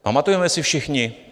Pamatujeme si všichni?